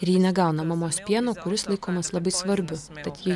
ir ji negauna mamos pieno kuris laikomas labai svarbiu tad ji